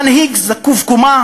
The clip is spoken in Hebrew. מנהיג זקוף קומה,